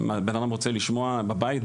בן אדם רוצה לשמוע גם בבית,